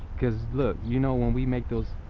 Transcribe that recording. because look, you know when we make those.